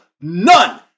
none